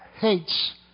hates